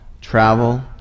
travel